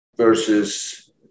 versus